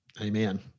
Amen